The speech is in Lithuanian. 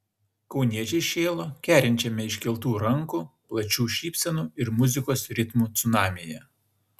kauniečiai šėlo kerinčiame iškeltų rankų plačių šypsenų ir muzikos ritmų cunamyje